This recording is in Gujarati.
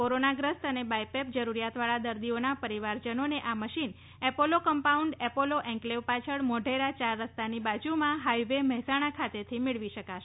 કોરોનાગ્રસ્ત અને બાયપેય જરૂરીયાતવાળા દર્દીઓનાં પરિવારજનોનાં આ machine Apollo compound Apollo enclave પાછળ મોઢેરા ચાર રસ્તાની બાજુમાં હાઈવે મહેસાણા ખાતેથી મેળવી શકશે